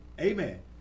amen